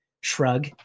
Shrug